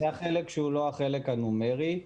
זה החלק שהוא לא החלק הנומרי.